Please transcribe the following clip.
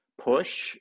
push